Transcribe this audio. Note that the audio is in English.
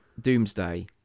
Doomsday